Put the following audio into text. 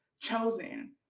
chosen